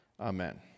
Amen